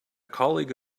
colleague